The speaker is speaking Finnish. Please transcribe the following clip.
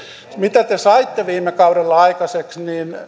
mitä te sitten saitte viime kaudella aikaiseksi